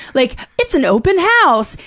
like it's an open house,